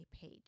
page